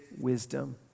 wisdom